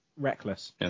Reckless